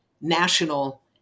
national